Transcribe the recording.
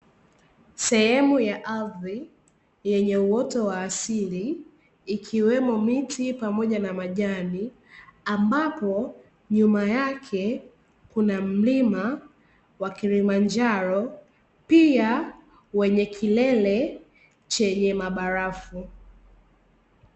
Sehemu ya ardhi yenye uoto wa asili ikiwemo miti pamoja na majani, ambapo nyuma yake kuna mlima wa "Kilimanjaro", pia wenye kilele chenye mabarafu.